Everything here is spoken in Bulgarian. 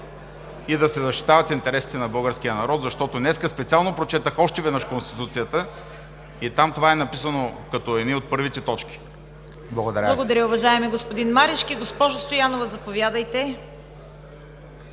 и да се защитават интересите на българския народ. Днес специално прочетох още веднъж Конституцията и там това е написано като едни от първите точки. Благодаря. ПРЕДСЕДАТЕЛ ЦВЕТА КАРАЯНЧЕВА: Благодаря, уважаеми господин Марешки. Госпожо Стоянова, заповядайте.